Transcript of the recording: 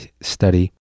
study